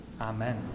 Amen